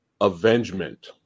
Avengement